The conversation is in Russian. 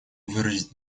выразить